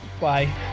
Bye